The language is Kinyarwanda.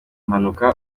mpanuka